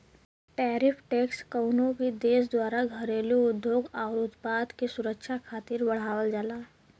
tariff tax कउनो भी देश द्वारा घरेलू उद्योग आउर उत्पाद के सुरक्षा खातिर बढ़ावल जाला